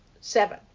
seven